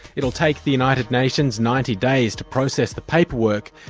it will take the united nations ninety days to process the paperwork,